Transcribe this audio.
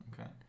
Okay